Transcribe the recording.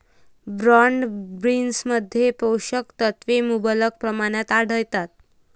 broad बीन्समध्ये पोषक तत्वे मुबलक प्रमाणात आढळतात